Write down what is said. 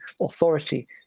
Authority